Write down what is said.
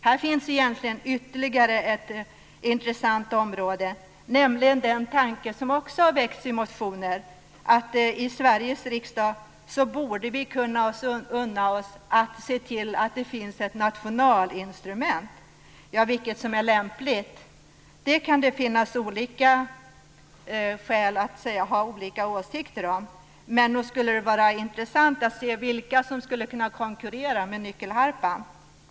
Här finns egentligen ytterligare ett intressant område, nämligen den tanke som också har väckts i motioner, att vi i Sveriges riksdag borde kunna unna oss att se till att det finns ett nationalinstrument. Vilket som är lämpligt kan det finnas olika skäl att ha olika åsikter om. Men nog skulle det vara intressant att se vilka som skulle kunna konkurrera med nyckelharpan.